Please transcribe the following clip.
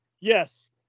Yes